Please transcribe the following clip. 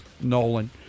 Nolan